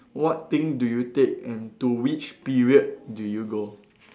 what thing do you take and to which period do you go